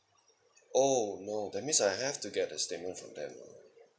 oh no that means I have to get the statement from them lah